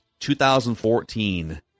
2014